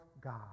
God